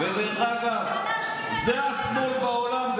זה השמאל בעולם.